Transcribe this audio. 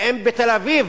ואם בתל-אביב